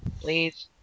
please